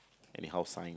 anyhow sign